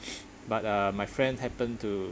but uh my friend happened to